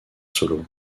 solo